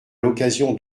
l’occasion